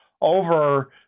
over